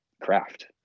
craft